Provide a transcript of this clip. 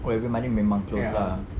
oh every monday memang close ah